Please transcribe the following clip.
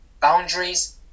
boundaries